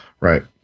Right